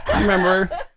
Remember